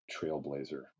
trailblazer